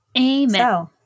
Amen